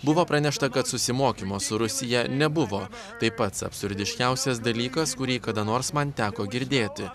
buvo pranešta kad susimokymo su rusija nebuvo tai pats absurdiškiausias dalykas kurį kada nors man teko girdėti